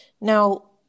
Now